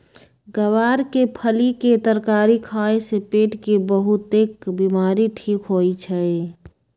ग्वार के फली के तरकारी खाए से पेट के बहुतेक बीमारी ठीक होई छई